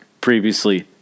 previously